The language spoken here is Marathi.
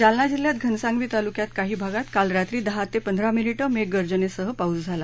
जालना जिल्ह्यात घनसावंगी तालुक्यातल्या काही भागात काल रात्री दहा ते पंधरा मिनिटे मेघ गर्जनेसह पाऊस झाला